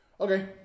Okay